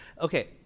Okay